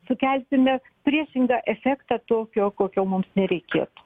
sukelsime priešingą efektą tokio kokio mums nereikėtų